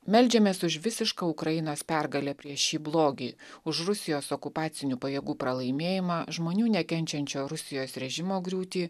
meldžiamės už visišką ukrainos pergalę prieš šį blogį už rusijos okupacinių pajėgų pralaimėjimą žmonių nekenčiančio rusijos režimo griūtį